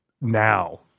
Now